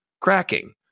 cracking